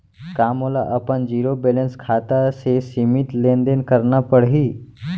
का मोला अपन जीरो बैलेंस खाता से सीमित लेनदेन करना पड़हि?